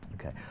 Okay